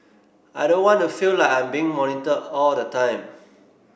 I don't want to feel like I'm being monitored all the time